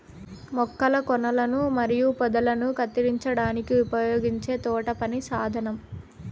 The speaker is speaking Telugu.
మొక్కల కొనలను మరియు పొదలను కత్తిరించడానికి ఉపయోగించే తోటపని సాధనం